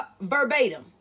verbatim